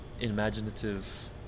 imaginative